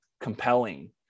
compelling